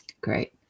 Great